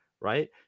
right